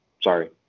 Sorry